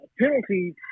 penalties